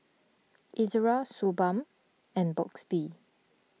Ezerra Suu Balm and Burt's Bee